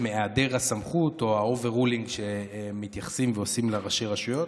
בהיעדר הסמכות או ה-overruling שעושים לראשי רשויות,